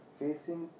facing